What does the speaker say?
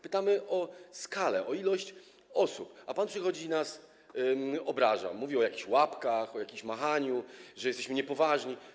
Pytamy o skalę, o liczbę osób, a pan przychodzi i nas obraża, mówi o jakichś łapkach, o jakimś machaniu, że jesteśmy niepoważni.